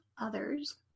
others